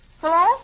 Hello